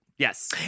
Yes